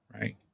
right